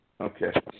Okay